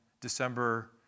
December